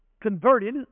converted